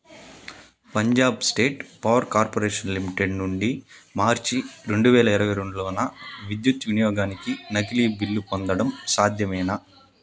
Punjab state power corporation limited నుండి మార్చి రెండు వేల ఇరవై రెండులో నా విద్యుత్ వినియోగానికి నకిలీ బిల్లు పొందడం సాధ్యమేనా